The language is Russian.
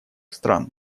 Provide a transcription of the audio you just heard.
стран